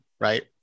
right